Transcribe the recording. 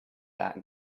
that